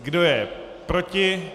Kdo je proti?